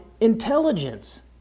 intelligence